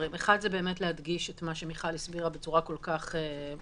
אני רוצה להדגיש את מה שמיכל הסבירה בצורה כל כך מצוינת.